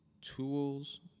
tools